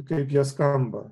kaip jie skamba